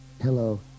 Hello